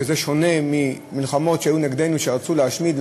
וזה שונה ממלחמות שהיו נגדנו ורצו להשמיד,